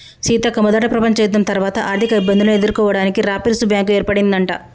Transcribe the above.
సీతక్క మొదట ప్రపంచ యుద్ధం తర్వాత ఆర్థిక ఇబ్బందులను ఎదుర్కోవడానికి రాపిర్స్ బ్యాంకు ఏర్పడిందట